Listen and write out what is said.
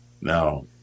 Now